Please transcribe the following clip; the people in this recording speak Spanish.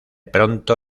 pronto